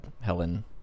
Helen